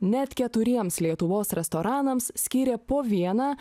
net keturiems lietuvos restoranams skyrė po vieną